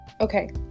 Okay